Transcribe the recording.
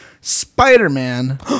Spider-Man